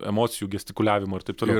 emocijų gestikuliavimo ir taip toliau